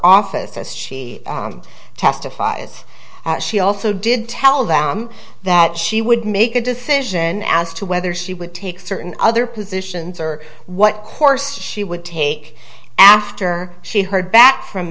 office as she testifies she also did tell them that she would make a decision as to whether she would take certain other positions or what course she would take after she heard back from